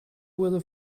weather